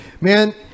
Man